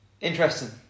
Interesting